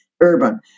urban